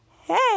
hey